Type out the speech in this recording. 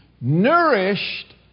nourished